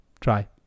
try